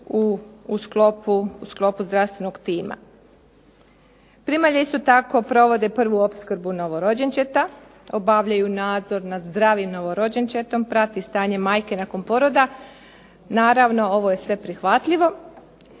u sklopu zdravstvenog tima. Primalje isto tako provode prvu opskrbu novorođenčeta, obavljaju nadzor nad zdravim novorođenčetom, prati stanje majke nakon poroda. Naravno ovo je sve prihvatljivo.